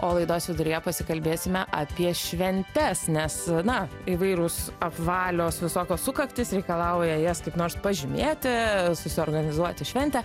o laidos viduryje pasikalbėsime apie šventes nes na įvairūs apvalios visokias sukaktys reikalauja jas kaip nors pažymėti susiorganizuoti šventę